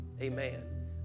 Amen